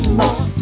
more